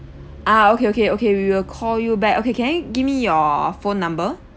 ah okay okay okay we will call you back okay can you give me your phone number